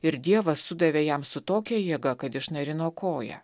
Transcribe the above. ir dievas sudavė jam su tokia jėga kad išnarino koją